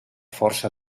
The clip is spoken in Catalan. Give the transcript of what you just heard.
força